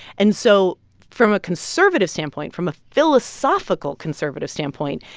and so from a conservative standpoint, from a philosophical conservative standpoint,